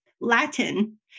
Latin